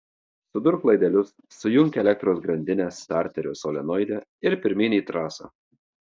sudurk laidelius sujunk elektros grandinę starterio solenoide ir pirmyn į trasą